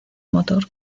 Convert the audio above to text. motor